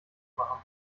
machen